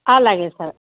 అలాగే సార్